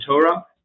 Torah